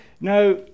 Now